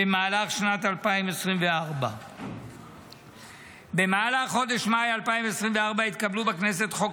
במהלך שנת 2024. במהלך חודש מאי 2024 התקבלו בכנסת חוק